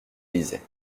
lisait